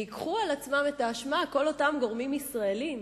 וייקחו עליהם את האשמה כל אותם גורמים ישראליים